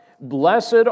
Blessed